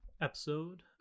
episode